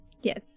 Yes